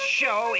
show